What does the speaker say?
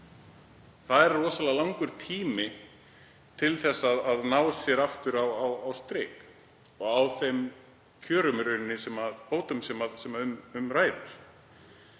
Það er rosalega langur tími til þess að ná sér aftur á strik á þeim kjörum eða bótum sem um ræðir.